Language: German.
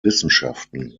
wissenschaften